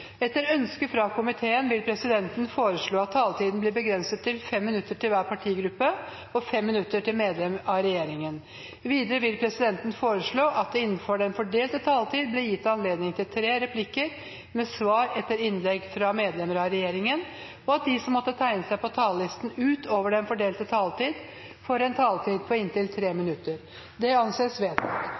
Etter ønske fra transport- og kommunikasjonskomiteen vil presidenten foreslå at taletiden blir begrenset til 5 minutter til hver partigruppe og 5 minutter til medlem av regjeringen. Videre vil presidenten foreslå at det blir gitt anledning til fem replikker med svar etter innlegg fra medlem av regjeringen innenfor den fordelte taletid, og at de som måtte tegne seg på talerlisten utover den fordelte taletid, får en taletid på inntil tre minutter. – Det anses vedtatt.